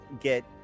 get